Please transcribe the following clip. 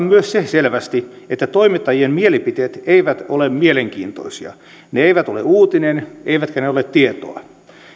myös se selvästi että toimittajien mielipiteet eivät ole mielenkiintoisia ne eivät ole uutinen eivätkä ne ole tietoa